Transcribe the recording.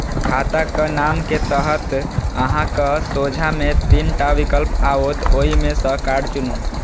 खाताक नाम के तहत अहांक सोझां मे तीन टा विकल्प आओत, ओइ मे सं कार्ड चुनू